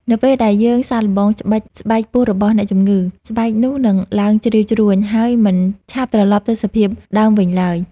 នៅពេលដែលយើងសាកល្បងច្បិចស្បែកពោះរបស់អ្នកជំងឺ ស្បែកនោះនឹងឡើងជ្រីវជ្រួញ ហើយមិនឆាប់ត្រឡប់ទៅសភាពដើមវិញឡើយ។